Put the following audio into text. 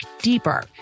deeper